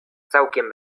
całkiem